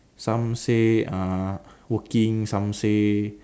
some say uh working some say